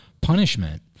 punishment